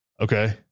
okay